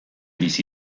bizi